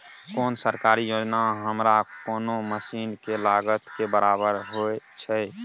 कोन सरकारी योजना हमरा कोनो मसीन के लागत के बराबर होय छै?